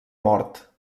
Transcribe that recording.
mort